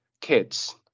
kids